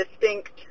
distinct